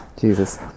Jesus